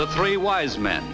the three wise men